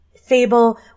fable